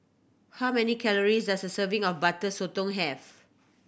how many calories does a serving of Butter Sotong have